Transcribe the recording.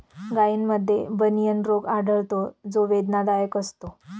गायींमध्ये बनियन रोग आढळतो जो वेदनादायक असतो